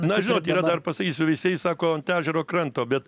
na žinot yra dar pasakysiu veisiejai sako ant ežero kranto bet